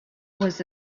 was